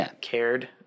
cared